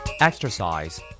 Exercise